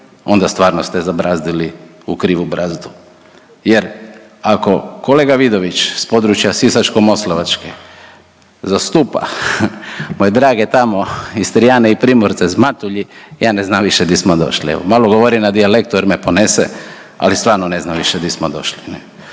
onda stvarno ste zabrazdili u krivu brazdu. Jer ako kolega Vidović s područja Sisačko-moslavačke zastupa moje drage tamo Istrijane i Primorce s Matulji, ja ne znam više di smo došli. Malo govorim na dijalektu jer me ponese, ali stvarno ne znam više di smo došli.